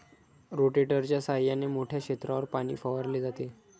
रोटेटरच्या सहाय्याने मोठ्या क्षेत्रावर पाणी फवारले जाते